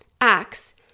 Acts